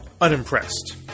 Unimpressed